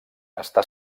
està